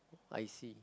I see